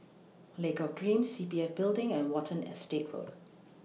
Lake of Dreams C P F Building and Watten Estate Road